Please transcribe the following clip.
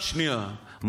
רק שנייה,